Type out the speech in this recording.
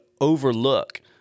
overlook